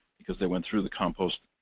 because they went through the compost.